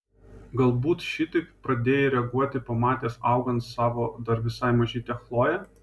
galbūt šitaip pradėjai reaguoti pamatęs augant savo dar visai mažytę chloję